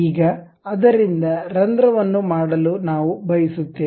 ಈಗ ಅದರಿಂದ ರಂಧ್ರವನ್ನು ಮಾಡಲು ನಾವು ಬಯಸುತ್ತೇವೆ